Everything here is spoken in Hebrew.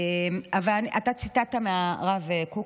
אתה ציטטת מהרב קוק,